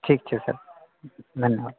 ठीक छै सर धन्यवाद